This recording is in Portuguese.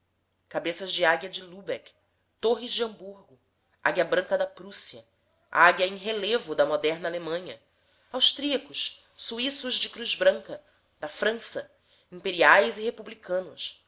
cabeças de águia de lubeck torres de hamburgo águia branca da prússia águia em relevo da moderna alemanha austríacos suíços de cruz branca da frança imperiais e republicanos